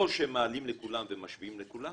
או שמעלים לכולם ומשווים לכולם